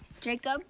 Jacob